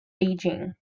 beijing